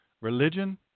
religion